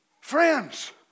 Friends